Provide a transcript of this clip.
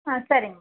ஆ சரிங்கம்மா